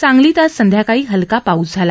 सांगलीत आज संध्याकाळी हलका पाऊस झळा